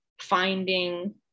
finding